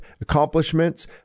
accomplishments